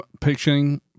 picturing